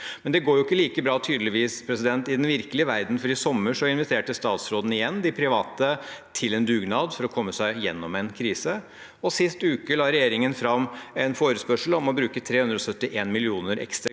Men det går tydeligvis ikke like bra i den virkelige verden, for i sommer inviterte statsråden igjen de private til en dugnad for å komme seg gjennom en krise, og sist uke la regjeringen fram en forespørsel om å bruke 371 mill. kr ekstra